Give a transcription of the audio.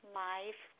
life